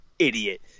idiot